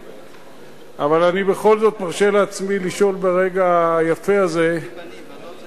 אבל בכל זאת אני מרשה לעצמי לשאול ברגע היפה הזה את סגנית השר,